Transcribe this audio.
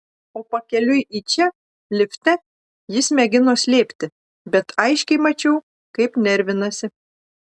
o pakeliui į čia lifte jis mėgino slėpti bet aiškiai mačiau kaip nervinasi